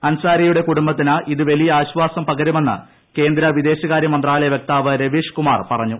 അൻസാരിയുടെ കുടുംബത്തിന് ഇത് വിച്ചിയ ആശ്വാസം പകരുമെന്ന് കേന്ദ്ര വിദേശകാര്യ മന്ത്രാലയ് വക്താവ് രവീഷ്കുമാർ പറഞ്ഞു